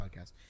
podcast